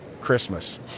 Christmas